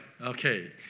Okay